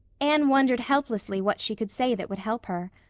anne wondered helplessly what she could say that would help her.